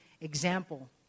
example